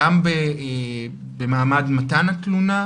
גם במעמד מתן התלונה,